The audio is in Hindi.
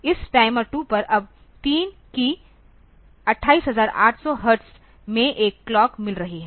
तो इस टाइमर 2 को अब 3 की 28800 हर्ट्ज में एक क्लॉक मिल रही है